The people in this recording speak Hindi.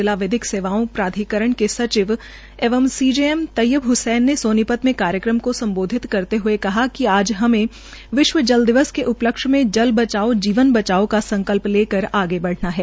जिला विधिक सेवायें प्राधिकरण के सचिव एवं सीजेएम तैयब हसैन ने सोनी त मे कार्यक्रम को सम्बोधित करते हये कहा कि आज हमें विश्व जल दिवस के उ लक्ष्य में जल बचाओ जीवन बचाओं का संकल् लेकर आगे बढ़ना है